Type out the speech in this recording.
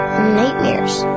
nightmares